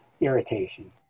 irritation